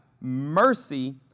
mercy